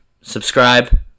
subscribe